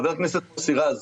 חבר הכנסת מוסי רז,